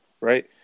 right